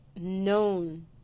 known